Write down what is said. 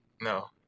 No